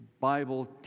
Bible